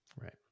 Right